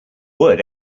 word